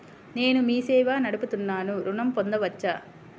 నేను మీ సేవా నడుపుతున్నాను ఋణం పొందవచ్చా?